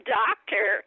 doctor